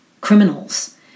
criminals